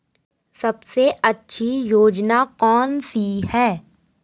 सबसे अच्छी योजना कोनसी है?